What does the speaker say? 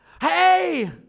Hey